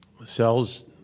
Cells